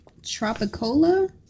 Tropicola